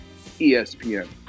ESPN